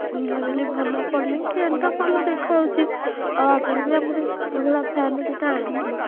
ମୁଁ ଭାବିଲି ଭଲ ପଡ଼ିବ ଫ୍ୟାନ୍ଟା ଭଲ ଦେଖାଯାଉଛି ଆଉ ଆଗରୁ ବି ଆମର ଏହିଭଳିଆ ଫ୍ୟାନ୍ ଦୁଇଟା ଆଣିଥିଲୁ